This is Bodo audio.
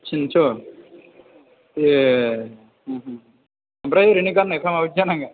थिनस' ए ओमफ्राय ओरैनो गान्नायफ्रा मा बायदि जानांगोन